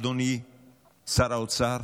אדוני שר האוצר,